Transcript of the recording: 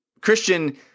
Christian